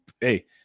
hey